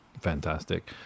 fantastic